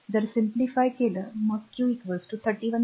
जर simplifyसुलभ केलंमग q 31